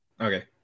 Okay